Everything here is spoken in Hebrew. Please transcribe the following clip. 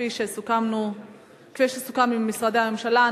כפי שסוכם עם משרדי הממשלה,